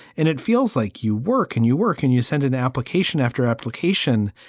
and it feels like you work and you work and you send an application after application.